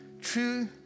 True